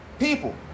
People